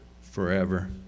forever